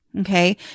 Okay